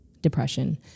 depression